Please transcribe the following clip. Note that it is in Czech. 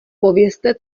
povězte